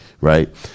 right